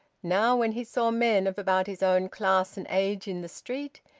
now, when he saw men of about his own class and age in the street,